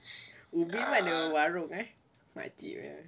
ubin mana makcik punya